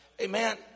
Amen